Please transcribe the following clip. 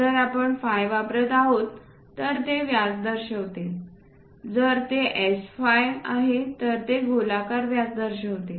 जर आपण फाय वापरत आहोत तर ते व्यास दर्शविते जर ते S फाय आहे तर ते गोलाकार व्यास दर्शवते